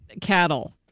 cattle